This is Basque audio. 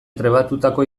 trebatutako